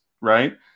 right